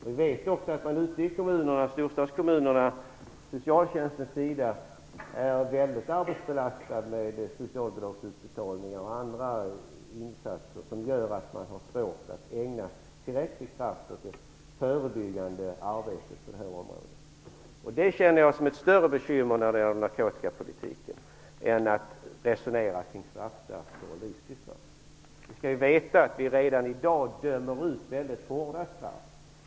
Vi vet också att man inom socialtjänsten i storstadskommunerna är mycket arbetsbelastad med socialbidragsutbetalningar och andra insatser, vilket gör att man har svårt att ägna tillräcklig kraft åt det förebyggande arbetet på detta område. Detta känner jag som ett större bekymmer när det gäller narkotikapolitiken än att resonera kring straffsatser och livstidsstraff. Vi skall veta att det redan i dag döms ut väldigt hårda straff.